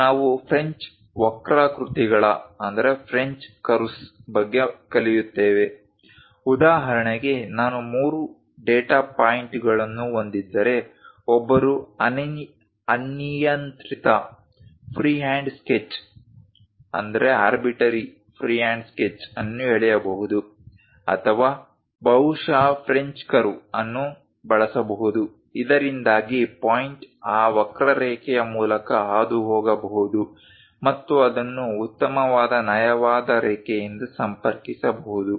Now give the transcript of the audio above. ಈಗ ನಾವು ಫ್ರೆಂಚ್ ವಕ್ರಾಕೃತಿಗಳ ಬಗ್ಗೆ ಕಲಿಯುತ್ತೇವೆ ಉದಾಹರಣೆಗೆ ನಾನು ಮೂರು ಡೇಟಾ ಪಾಯಿಂಟ್ಗಳನ್ನು ಹೊಂದಿದ್ದರೆ ಒಬ್ಬರು ಅನಿಯಂತ್ರಿತ ಫ್ರೀಹ್ಯಾಂಡ್ ಸ್ಕೆಚ್ ಅನ್ನು ಎಳೆಯಬಹುದು ಅಥವಾ ಬಹುಶಃ ಫ್ರೆಂಚ್ ಕರ್ವ್ ಅನ್ನು ಬಳಸಬಹುದು ಇದರಿಂದಾಗಿ ಪಾಯಿಂಟ್ ಆ ವಕ್ರರೇಖೆಯ ಮೂಲಕ ಹಾದುಹೋಗಬಹುದು ಮತ್ತು ಅದನ್ನು ಉತ್ತಮವಾದ ನಯವಾದ ರೇಖೆಯಿಂದ ಸಂಪರ್ಕಿಸಬಹುದು